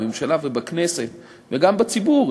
בממשלה ובכנסת וגם בציבור,